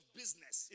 business